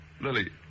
Lily